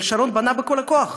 אריאל שרון בנה בכל הכוח,